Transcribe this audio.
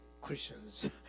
Christians